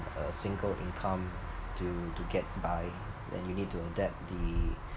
a single income to to get by and you need to adapt the